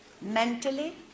mentally